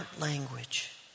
language